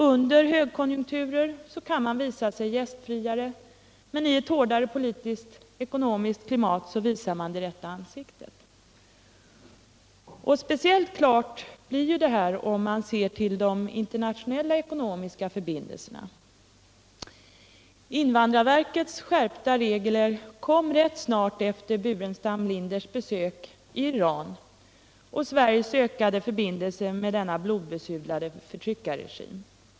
Under högkonjunkturer kan man visa sig gästfriare men i ett hårdare politiskt-ekonomiskt klimat visar sig det rätta ansiktet. Speciellt klart blir detta, om man ser till de internationella ekonomiska förbindelserna. Invandrarverkets skärpta regler kom rätt snart efter Burenstam Linders besök i Iran och Sveriges ökade förbindelser med denna blodbesudlade förtryckarregim.